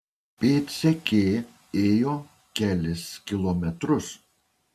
pėdsekė ėjo kelis kilometrus